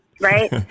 right